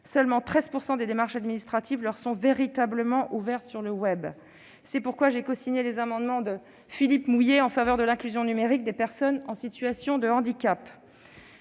seulement 13 % des démarches administratives leur sont véritablement ouvertes sur internet. C'est pourquoi j'ai cosigné les amendements de Philippe Mouiller en faveur de l'inclusion numérique des personnes en situation de handicap.